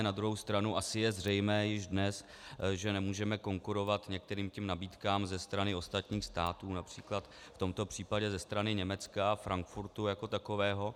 Na druhou stranu asi je zřejmé již dnes, že nemůžeme konkurovat některým nabídkám ze strany ostatních států, například v tomto případě ze strany Německa, Frankfurtu jako takového.